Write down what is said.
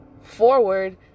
forward